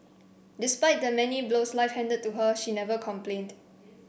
despite the many blows life handed to her she never complained